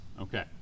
Okay